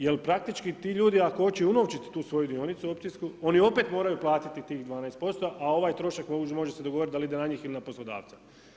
Jer praktički ti ljudi ako hoće unovčiti tu svoju dionicu opcijsku oni opet moraju platiti tih 12% a ovaj trošak može se dogovoriti da li ide na njih ili na poslodavca.